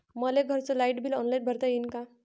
मले घरचं light bill online भरता येईन का?